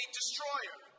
destroyer